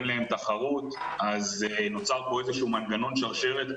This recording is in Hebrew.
אין להם תחרות אז נוצר פה מן מנגנון שרשרת.